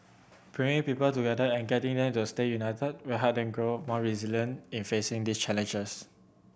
bringing people together and getting them to stay united will helping grow more resilient in facing the challenges